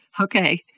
Okay